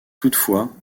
toutefois